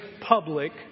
public